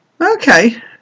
Okay